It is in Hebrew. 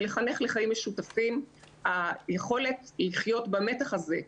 ולחנך לחיים משותפים - היכולת לחיות במתח הזה,